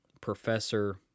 professor